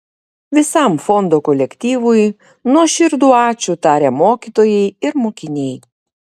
visam fondo kolektyvui nuoširdų ačiū taria mokytojai ir mokiniai